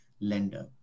lender